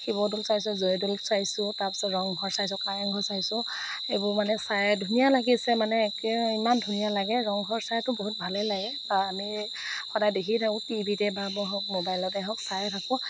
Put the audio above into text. শিৱ দৌল চাইছোঁ জয় দৌল চাইছোঁ তাৰপাছত ৰংঘৰ চাইছোঁ কাৰেংঘৰ চাইছোঁ এইবোৰ মানে চাই ধুনীয়া লাগিছে মানে একে ইমান ধুনীয়া লাগে ৰংঘৰ চাইতো বহুত ভালেই লাগে তাৰ আমি সদায় দেখিয়েই থাকোঁ টিভিতেই বা হওক ম'বাইলতে হওক চায়েই থাকোঁ